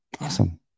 Awesome